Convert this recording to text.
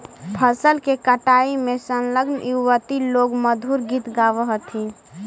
फसल के कटाई में संलग्न युवति लोग मधुर गीत गावऽ हथिन